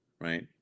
right